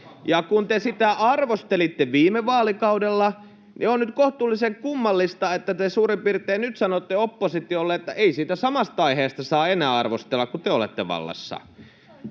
kun te sitä arvostelitte viime vaalikaudella, on nyt kohtuullisen kummallista, että te nyt sanotte oppositiolle suurin piirtein, että ei siitä samasta aiheesta saa enää arvostella, kun te olette vallassa.